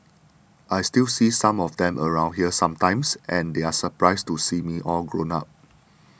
I still see some of them around here sometimes and they are surprised to see me all grown up